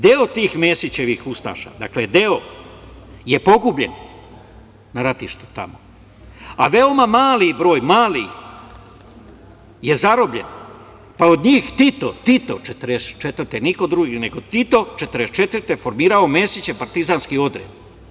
Deo tih Mesićevih ustaša, dakle deo, je pogubljen na ratištu tamo, a veoma mali broj, mali je zarobljen, pa od njih Tito 1944. godine, niko drugi nego Tito 1944. godine je formirao Mesićev partizanski odred.